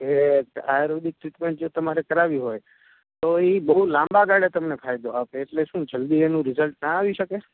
કે આયુર્વેદિક ટ્રીટમેંટ જો તમારે કરાવવી હોય તો એ બહુ લાંબા ગાળે તમને ફાયદો આપે તો એટલે શું જલ્દી એનું રીઝલ્ટ ના આવી શકે